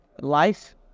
life